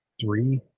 three